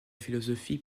philosophie